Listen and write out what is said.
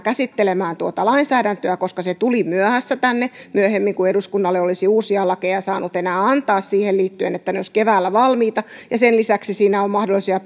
käsittelemään tuota lainsäädäntöä koska se tuli myöhässä tänne myöhemmin kuin eduskunnalle olisi uusia lakeja saanut enää antaa siihen liittyen että ne olisivat keväällä valmiita ja sen lisäksi siinä on mahdollisia